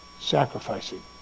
sacrificing